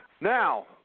Now